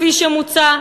כפי שמוצע,